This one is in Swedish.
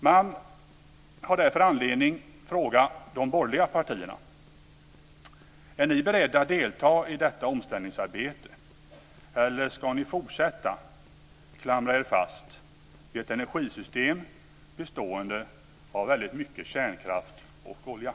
Man har därför anledning, fru talman, att fråga de borgerliga partierna: Är ni beredda att delta i detta omställningsarbete eller ska ni fortsätta att klamra er fast vid ett energisystem bestående av väldigt mycket kärnkraft och olja?